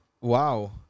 wow